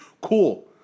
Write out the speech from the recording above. Cool